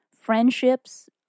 friendships